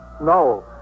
No